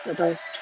tak tahu